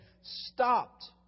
stopped